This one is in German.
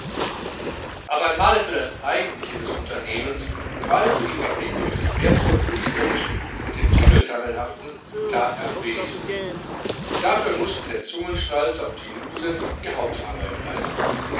aber gerade für das eigentliche des unternehmens gerade für die verbindung des wertvoll künstlerischen mit dem tingeltangelhaften that er am wenigsten dafür mußten der zungenschnalzer und die muse die hauptarbeit leisten